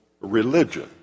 religion